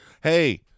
Hey